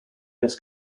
less